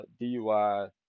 DUI